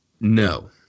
No